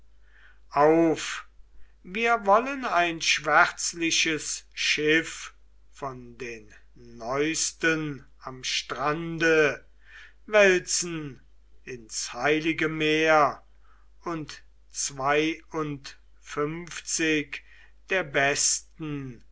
auf wir wollen ein schwärzliches schiff von den neusten am strande wälzen ins heilige meer und zweiundfünfzig der besten